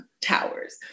towers